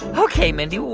ok, mindy,